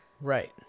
Right